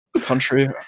Country